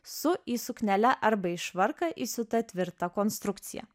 su į suknelę arba į švarką įsiūta tvirta konstrukcija